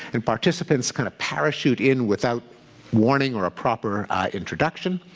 and participants kind of parachute in without warning or a proper introduction.